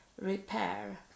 repair